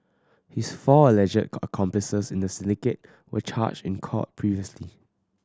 his four alleged accomplices in the syndicate were charged in court previously